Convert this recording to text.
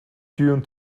tune